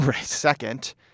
second